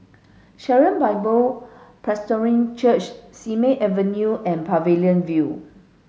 Sharon Bible Presbyterian Church Simei Avenue and Pavilion View